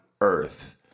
earth